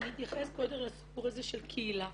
אני אתייחס קודם לסיפור הזה של קהילה.